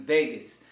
Vegas